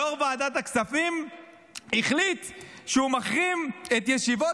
יו"ר ועדת הכספים החליט שהוא מחרים את הישיבות,